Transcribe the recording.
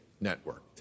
network